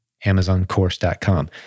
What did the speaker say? amazoncourse.com